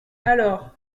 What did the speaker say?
alors